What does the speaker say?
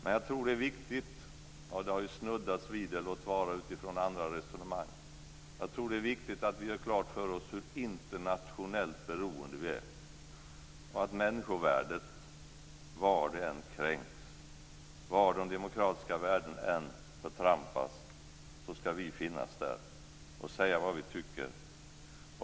Men jag tror att det är viktigt - och det har ju snuddats vid det, låt vara utifrån andra resonemang - att vi gör klart för oss hur internationellt beroende vi är och att var än människovärdet kränks och var än de demokratiska värdena förtrampas, så ska vi finnas där och säga vad vi tycker.